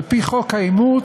על-פי חוק האימוץ,